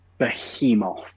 Behemoth